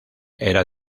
era